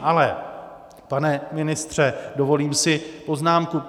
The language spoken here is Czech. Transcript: Ale pane ministře, dovolím si poznámku.